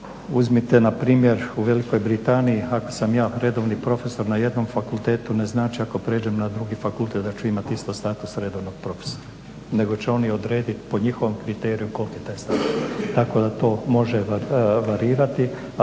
Uzmite na primjer u Velikoj Britaniji ako sam ja redovni profesor na jednom fakultetu ne znači ako prijeđem na drugi fakultet da ću imati isto status redovnog profesora, nego će oni odrediti po njihovom kriteriju koliki je taj status. Tako da to može varirati, ali